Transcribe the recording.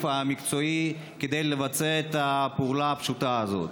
המקצועי כדי לבצע את הפעולה הפשוטה הזאת.